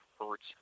hurts